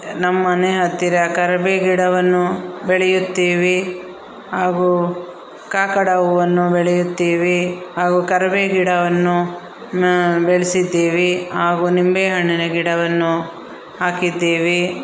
ನಮ್ಮ ಮನೆ ಹತ್ತಿರ ಕರ್ಬೇ ಗಿಡವನ್ನು ಬೆಳೆಯುತ್ತೀವಿ ಹಾಗೂ ಕಾಕಡ ಹೂವನ್ನು ಬೆಳೆಯುತ್ತೀವಿ ಹಾಗೂ ಕರ್ಬೇ ಗಿಡವನ್ನು ಬೆಳೆಸಿದ್ದೀವಿ ಹಾಗೂ ನಿಂಬೆ ಹಣ್ಣಿನ ಗಿಡವನ್ನು ಹಾಕಿದ್ದೀವಿ